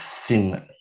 thin